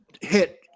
Hit